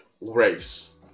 race